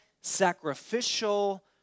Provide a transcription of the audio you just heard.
sacrificial